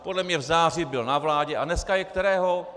Podle mě v září byl na vládě a dneska je kterého?